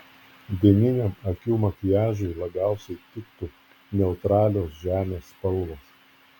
dieniniam akių makiažui labiausiai tiktų neutralios žemės spalvos